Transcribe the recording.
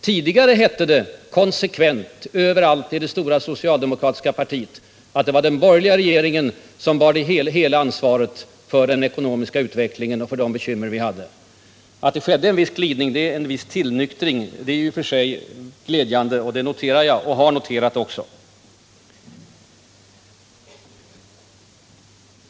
Tidigare hette det konsekvent överallt inom det stora socialdemokratiska partiet att det var den borgerliga regeringen som bar hela ansvaret för den ekonomiska utvecklingen och för våra bekymmer. Att det skett en viss glidning betraktar jag som en tillnyktring, vilket i och för sig är glädjande.